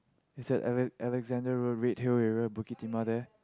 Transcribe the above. it's at Alex~ Alexander-Road Red-Hill area Bukit-Timah there